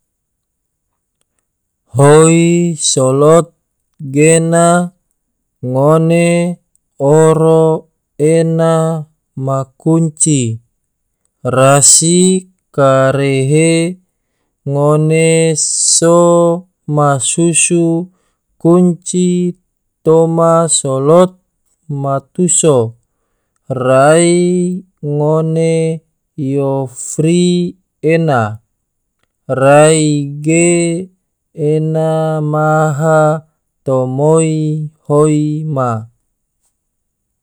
Hoi slot gena ngone oro ena ma kunci rasi karehe ngone so masusu kunci toma slot ma tuso, rai ngone yo fri ena, rai ge ena maha tomoi hoi ma.